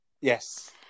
Yes